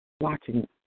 Watching